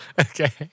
Okay